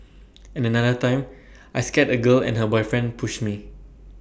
and another time I scared A girl and her boyfriend pushed me